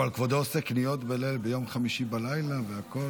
אבל כבודו עושה קניות ביום חמישי בלילה והכול,